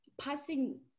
passing